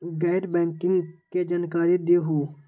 गैर बैंकिंग के जानकारी दिहूँ?